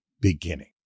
beginning